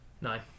Nine